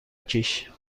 کیش